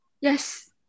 Yes